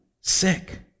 sick